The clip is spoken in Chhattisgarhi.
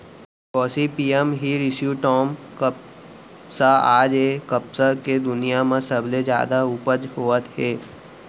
गोसिपीयम हिरस्यूटॅम कपसा आज ए कपसा के दुनिया म सबले जादा उपज होवत हे